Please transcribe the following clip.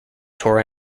tour